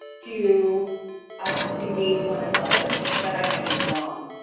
to um engage one another but i might be wrong.